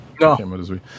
No